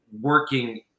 working